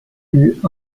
eut